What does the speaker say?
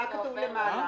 מה כתוב למעלה?